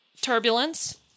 turbulence